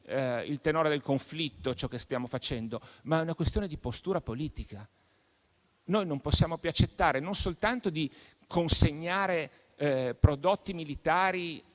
il tenore del conflitto ciò che stiamo facendo, ma è una questione di postura politica. Noi non possiamo più accettare, non soltanto di consegnare prodotti militari